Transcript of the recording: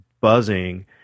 buzzing